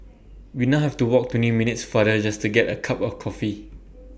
we now have to walk twenty minutes farther just to get A cup of coffee